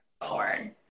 forward